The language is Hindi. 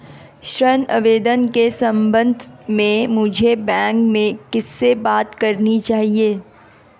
ऋण आवेदन के संबंध में मुझे बैंक में किससे बात करनी चाहिए?